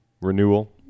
Renewal